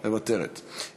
מוותרת,